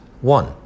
One